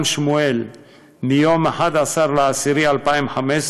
של מבצע הפיגוע מגן שמואל מיום 11 באוקטובר 2015,